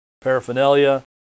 paraphernalia